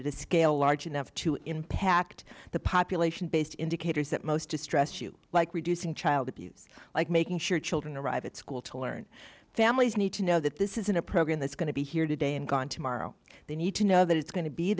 this scale large enough to impact the population based indicators that most distressed you like reducing child if you like making sure children arrive at school to learn families need to know that this isn't a program that's going to be here today and gone tomorrow they need to know that it's go